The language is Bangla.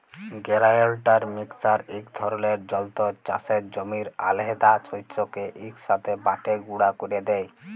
গেরাইল্ডার মিক্সার ইক ধরলের যল্তর চাষের জমির আলহেদা শস্যকে ইকসাথে বাঁটে গুঁড়া ক্যরে দেই